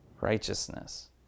righteousness